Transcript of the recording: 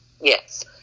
Yes